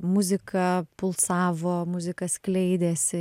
muzika pulsavo muzika skleidėsi